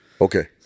Okay